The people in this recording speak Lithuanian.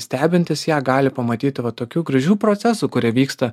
stebintys ją gali pamatyti va tokių gražių procesų kurie vyksta